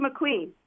McQueen